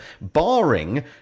barring